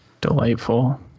Delightful